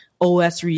OS